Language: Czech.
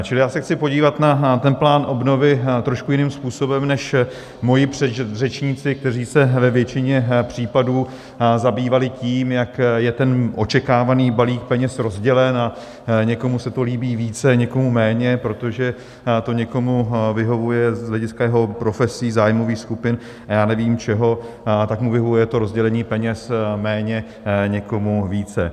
Čili já se chci podívat na ten plán obnovy trošku jiným způsobem než moji předřečníci, kteří se ve většině případů zabývali tím, jak je ten očekávaný balík peněz rozdělen, a někomu se to líbí více, někomu méně, protože to někomu vyhovuje z hlediska jeho profesí, zájmových skupin a já nevím čeho, tak mu vyhovuje to rozdělení peněz méně, někomu více.